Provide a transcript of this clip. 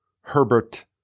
Herbert